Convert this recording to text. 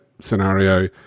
scenario